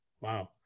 Wow